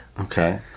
Okay